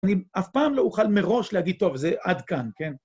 אני אף פעם לא אוכל מראש להגיד, טוב, זה עד כאן, כן?